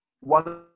One